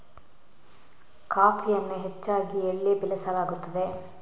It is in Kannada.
ಕಾಫಿಯನ್ನು ಹೆಚ್ಚಾಗಿ ಎಲ್ಲಿ ಬೆಳಸಲಾಗುತ್ತದೆ?